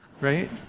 Right